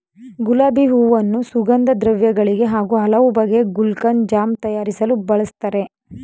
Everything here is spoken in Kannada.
ಗುಲಾಬಿ ಹೂವನ್ನು ಸುಗಂಧದ್ರವ್ಯ ಗಳಿಗೆ ಹಾಗೂ ಹಲವು ಬಗೆಯ ಗುಲ್ಕನ್, ಜಾಮ್ ತಯಾರಿಸಲು ಬಳ್ಸತ್ತರೆ